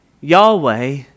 Yahweh